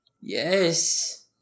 Yes